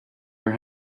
her